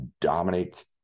dominates